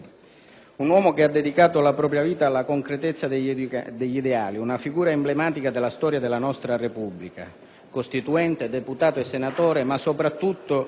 un uomo che ha dedicato la propria vita alla concretezza degli ideali, una figura emblematica della storia della nostra Repubblica; costituente, deputato e senatore ma soprattutto,